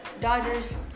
Dodgers